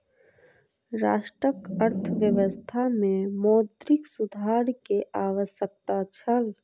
राष्ट्रक अर्थव्यवस्था में मौद्रिक सुधार के आवश्यकता छल